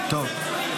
לא, אני רוצה להתארגן.